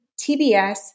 TBS